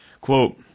Quote